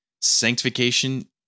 sanctification